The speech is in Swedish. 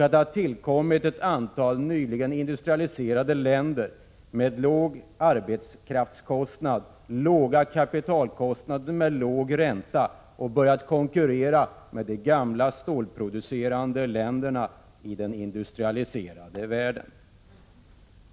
Det har också tillkommit ett antal nyligen industrialiserade länder med låga arbetskraftskostnader och låga kapitalkostnader med låg ränta, länder som har börjat konkurrera med de gamla stålproducerande länderna i den industrialiserade världen.